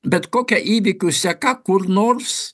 bet kokia įvykių seka kur nors